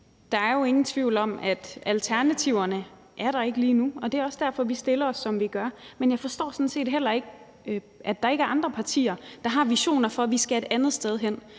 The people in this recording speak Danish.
der er jo ingen tvivl om, at alternativerne ikke er der lige nu, og det er også derfor, vi stiller os, som vi gør. Men jeg forstår sådan set heller ikke, at der ikke er andre partier, der har visioner for, at vi skal et andet sted hen.